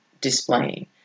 displaying